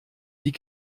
die